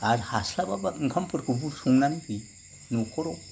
आरो हास्लाबाबा ओंखामफोरखौबो संनानै होयो नखराव